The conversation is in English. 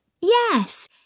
Yes